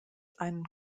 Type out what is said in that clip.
einen